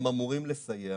הם אמורים לסייע